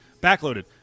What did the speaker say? backloaded